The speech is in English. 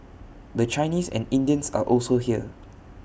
the Chinese and Indians are also here